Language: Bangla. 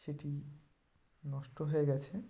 সেটি নষ্ট হয়ে গেছে